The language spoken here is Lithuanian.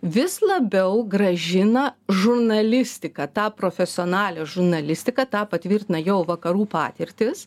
vis labiau grąžina žurnalistiką tą profesionalią žurnalistiką tą patvirtina jau vakarų patirtys